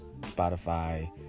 spotify